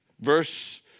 verse